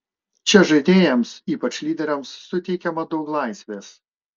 čia žaidėjams ypač lyderiams suteikiama daug laisvės